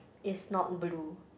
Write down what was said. is not blue